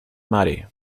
mare